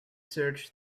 search